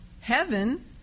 Heaven